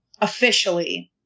officially